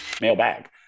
Mailbag